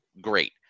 Great